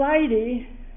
lady